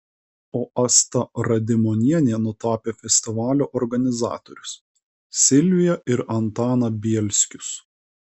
o asta radimonienė nutapė festivalio organizatorius silviją ir antaną bielskius